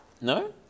No